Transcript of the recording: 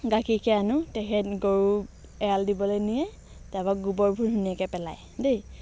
গাখীৰ খীৰাই আনোঁ তেখেত গৰু এৰাল দিবলৈ নিয়ে তাপা গোবৰবোৰ ধুনীয়াকৈ পেলায় দেই